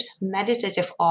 meditative